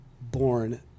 born